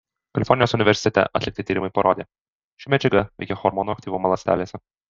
kalifornijos universitete atlikti tyrimai parodė ši medžiaga veikia hormonų aktyvumą ląstelėse